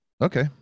Okay